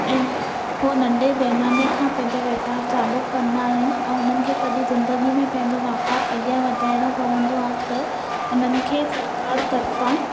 ऐं हो नंढे पैमाने खां पंहिंजा वापारु चालू कंदा आहिनि ऐं हुननि खे कॾहिं ज़िंदगी में पंहिंजो वापारु अॻियां वधाइणो पवन्दो आहे त हुननि खे सरकार तर्फ़ां